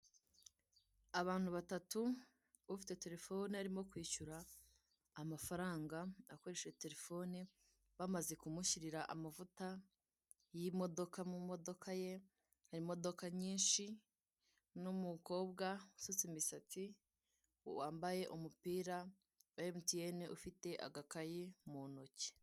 Abantu batatu ufite telefone arimo kwishyura amafaranga akoresheje telefone, bamaze kumushyirira amavuta y'imodoka mu modoka ye hari imodoka nyinshi, n'umukobwa usutse imisatsi wambaye umupira wa emutiyene ufite agakayi mu ntoki.